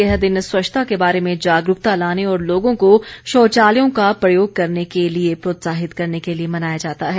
यह दिन स्वच्छता के बारे में जागरूकता लाने और लोगों को शौचालयों का प्रयोग करने के लिए प्रोत्साहित करने के लिए मनाया जाता है